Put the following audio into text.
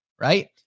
Right